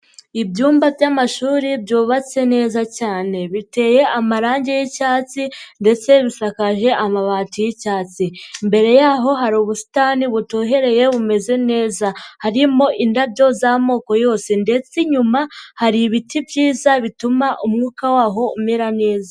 Ibyumba by'amashuri byubatse neza cyane biteye amarangi y'icyatsi ndetse bisakaje amabati y'icyatsi, imbere yaho hari ubusitani butohereye bumeze neza harimo indabyo z'amoko yose ndetse inyuma hari ibiti byiza bituma umwuka waho umera neza.